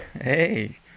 Hey